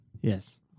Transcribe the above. Yes